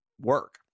work